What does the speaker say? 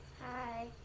Hi